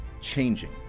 changing